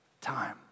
time